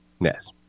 Yes